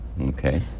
Okay